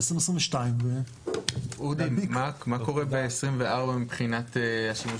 2022. אודי מה קורה ב-2024 מבחינת השימוש